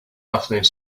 afternoon